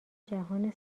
جهان